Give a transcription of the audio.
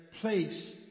place